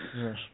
Yes